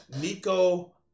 Nico